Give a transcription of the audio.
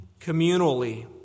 communally